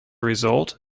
result